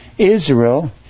Israel